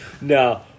No